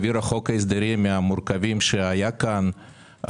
העבירה חוק הסדרים מן המורכבים שהיו כאן,